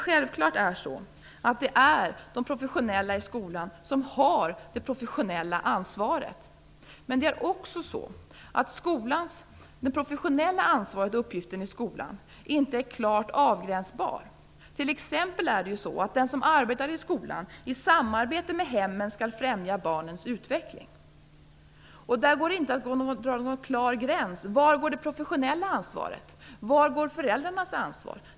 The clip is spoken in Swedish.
Självklart har de professionella i skolan det professionella ansvaret. Men det professionella ansvaret och den professionella uppgiften i skolan är inte klart avgränsbara. T.ex. skall den som arbetar i skolan i samarbete med hemmen främja barnens utveckling. Det går inte att dra en klar gräns mellan det professionella ansvaret och föräldrarnas ansvar.